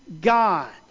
God